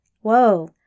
Whoa